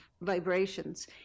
vibrations